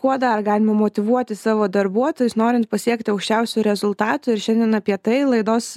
kuo dar galime motyvuoti savo darbuotojus norint pasiekti aukščiausių rezultatų ir šiandien apie tai laidos